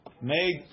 made